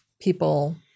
people